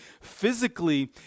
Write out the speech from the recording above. physically